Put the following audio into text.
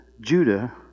Judah